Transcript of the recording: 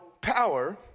power